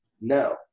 No